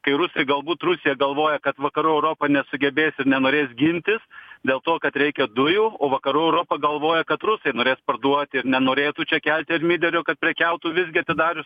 kai rusai galbūt rusija galvoja kad vakarų europa nesugebės ir nenorės gintis dėl to kad reikia dujų o vakarų europa galvoja kad rusai norės parduoti ir nenorėtų čia kelti ermiderio kad prekiautų visgi atidarius